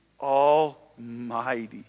Almighty